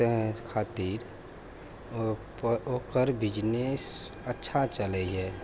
तैं खातिर ओकर बिजनेस अच्छा चलैए